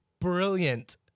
brilliant